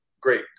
great